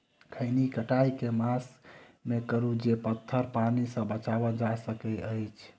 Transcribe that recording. खैनी केँ कटाई केँ मास मे करू जे पथर पानि सँ बचाएल जा सकय अछि?